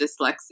dyslexia